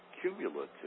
cumulative